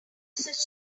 such